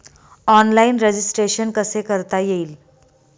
Online registration कसे करता येईल?